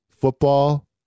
football